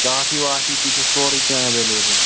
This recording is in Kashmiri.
کافی وافی تہِ چھِ سورُے کیٚنٛہہ ایٚویلیبُل